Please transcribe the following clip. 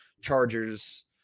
chargers